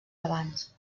abans